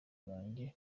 banjye